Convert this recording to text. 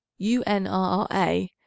unrra